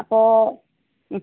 അപ്പോൾ